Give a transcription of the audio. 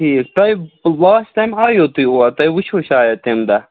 ٹھیٖک تۄہہِ last time آییوٕ تُہۍ اور تۄہہِ وُچھِو شاید تَمہِ دۄہ